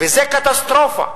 וזה קטסטרופה.